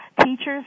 teachers